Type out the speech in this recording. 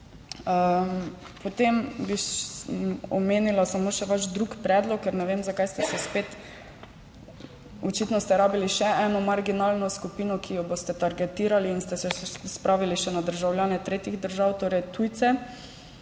Potem bi omenila samo še vaš drugi predlog, ker ne vem, zakaj ste se spet, očitno ste rabili še eno marginalno skupino, ki jo boste targetirali, in ste se spravili še na državljane tretjih držav, torej tujce,